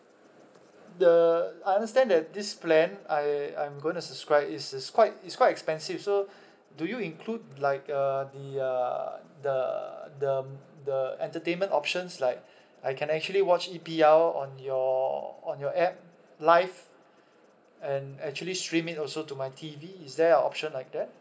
the I understand that this plan I I'm gonna subscribe is is quite is quite expensive so do you include like uh the uh the the the entertainment options like I can actually watch E_P_L on your on your app live and actually stream it also to my T_V is there an option like that